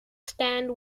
stand